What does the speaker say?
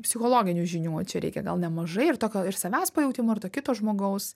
psichologinių žinių čia reikia gal nemažai ir tokio ir savęs pajautimo ir to kito žmogaus